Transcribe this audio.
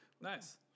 nice